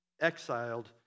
exiled